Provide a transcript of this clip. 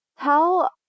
Tell